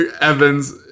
Evans